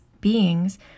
beings